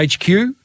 HQ